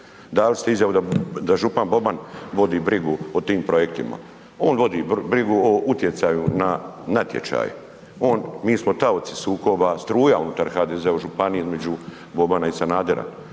dali ste izjavi da župan Boban vodi brigu o tim projektima. On vodi brigu o utjecaju na natječaju. On, mi smo taoci sukoba, struja unutar HDZ-a u županiji između Bobana i Sanadera.